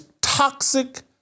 toxic